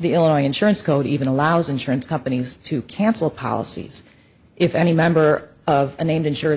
the illinois insurance code even allows insurance companies to cancel policies if any member of a named insurance